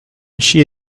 she